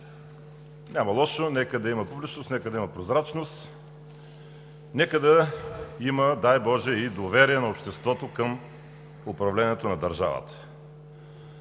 Няма лошо – нека да има публичност, нека да има прозрачност, нека да има, дай боже, и доверие на обществото към управлението на държавата.